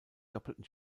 doppelten